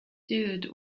dude